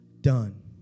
done